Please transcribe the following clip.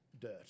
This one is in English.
dirt